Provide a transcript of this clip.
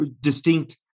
distinct